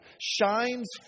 shines